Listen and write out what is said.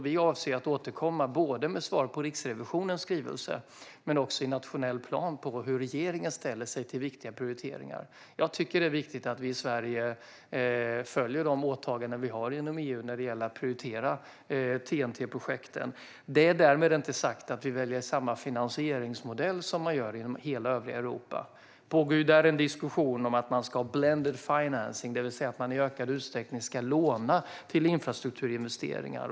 Vi avser att återkomma både med svar på Riksrevisionens skrivelse och i nationell plan om hur regeringen ställer sig till viktiga prioriteringar. Jag tycker att det är viktigt att vi i Sverige följer de åtaganden vi har inom EU när det gäller att prioritera TEN-T-projekten, men därmed inte sagt att vi väljer samma finansieringsmodell som i hela övriga Europa. Där pågår en diskussion om att man ska ha blended financing, det vill säga att man i ökad utsträckning ska låna till infrastrukturinvesteringar.